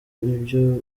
ibyo